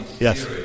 Yes